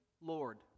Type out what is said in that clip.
Lord